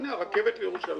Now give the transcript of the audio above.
הנה, הרכבת לירושלים.